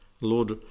Lord